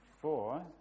four